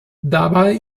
dabei